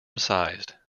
sized